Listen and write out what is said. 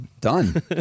Done